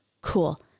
cool